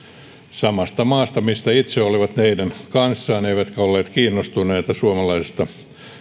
samasta maasta olevien kanssa mistä itse olivat eivätkä olleet kiinnostuneita suomalaisesta